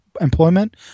employment